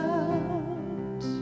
out